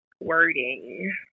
wording